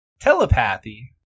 Telepathy